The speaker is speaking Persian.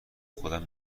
خودم